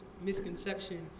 misconception